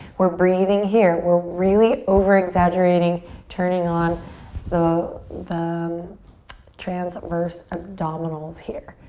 we're breathing here. we're really overexaggerating turning on though the um transverse abdominals here.